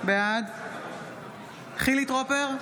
בעד חילי טרופר,